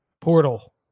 portal